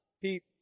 Pete